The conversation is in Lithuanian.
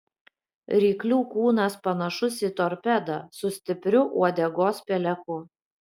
ryklių kūnas panašus į torpedą su stipriu uodegos peleku